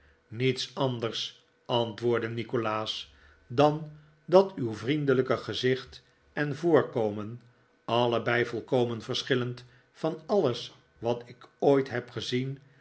niets anders antwoordde nikolaas dan dat uw vriendelijke gezicht en voorkomen allebei volkomen verschillend van alles wat ik ooit neb gezien